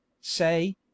Say